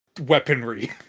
weaponry